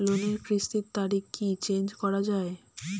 লোনের কিস্তির তারিখ কি চেঞ্জ করা যায়?